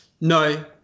No